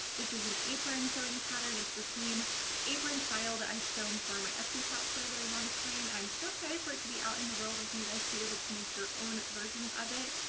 this is an apron sewing pattern. it's the same apron style that i've sewn for my etsy shop for a very long time and i'm so excited for it to be out in the world and for you guys to be able to make your own versions of it!